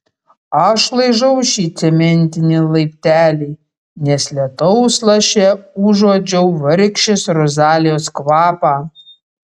aš laižau šį cementinį laiptelį nes lietaus laše užuodžiau vargšės rozalijos kvapą